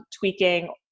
tweaking